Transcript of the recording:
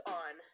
on